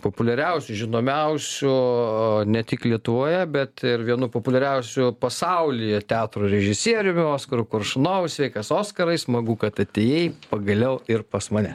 populiariausių žinomiausių a ne tik lietuvoje bet ir vienu populiariausių pasaulyje teatro režisieriumi oskaru koršunovu sveikas oskarai smagu kad atėjai pagaliau ir pas mane